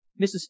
Mrs